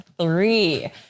three